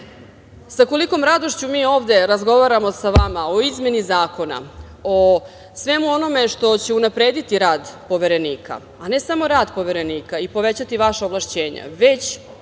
sa kolikom radošću mi ovde razgovaramo sa vama o izmeni zakona, o svemu onome što će unaprediti rad Poverenika, a ne samo rad Poverenika i povećati vaša ovlašćenja, već,